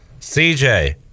CJ